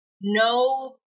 no